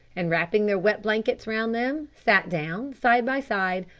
and wrapping their wet blankets round them sat down, side by side,